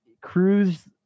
cruise